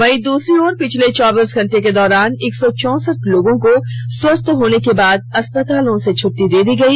वहीं दूसरी ओर पिछले चौबीस घंटे के दौरान एक सौ चौंसठ लोगों को स्वस्थ होने के बाद अस्पतालों से छुट्टी दे दी गई